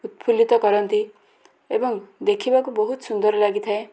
ଉତ୍ଫୁଲ୍ଲିତ କରନ୍ତି ଏବଂ ଦେଖିବାକୁ ବହୁତ ସୁନ୍ଦର ଲାଗିଥାଏ